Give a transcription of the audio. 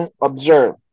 observe